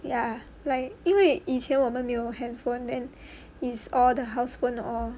ya like 因为以前我们没有 handphone then is all the house phone or